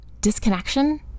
disconnection